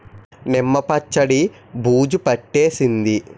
నిమ్మ పచ్చడి బూజు పట్టేసింది